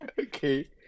Okay